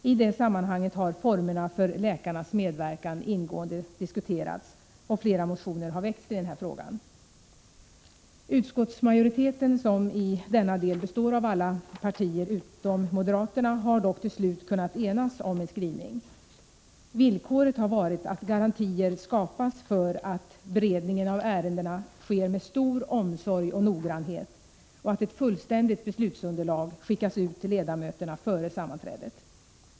I det sammanhanget har formerna för läkarnas medverkan ingående diskuterats, och flera motioner har väckts i den frågan. Utskottsmajoriteten, som i denna del består av alla partier utom moderaterna, har dock till slut kunnat enas om en skrivning. Villkoret har varit att garantier skapas för att beredning av ärendena sker med stor omsorg och noggrannhet och att ett fullständigt beslutsunderlag skickas ut till ledamöterna före sammanträdet.